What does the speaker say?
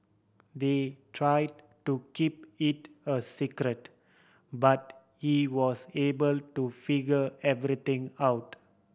they try to keep it a secret but he was able to figure everything out